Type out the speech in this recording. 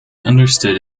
understood